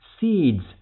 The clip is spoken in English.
seeds